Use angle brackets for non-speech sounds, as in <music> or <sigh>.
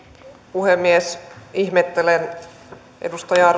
puhemies ihmettelen edustaja <unintelligible>